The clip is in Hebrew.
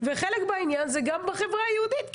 וחלק מהעניין זה גם בחברה היהודית,